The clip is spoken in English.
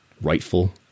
rightful